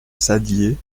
saddier